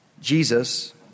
Jesus